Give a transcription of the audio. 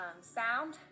sound